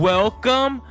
Welcome